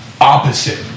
opposite